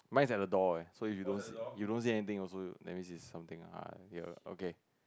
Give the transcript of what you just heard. mine is at the door eh so you don't see you don't see anything also that means it's something err ya okay